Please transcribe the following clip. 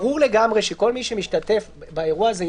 ברור לגמרי שכל מי שמשתתף באירוע הזה,